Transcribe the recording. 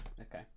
Okay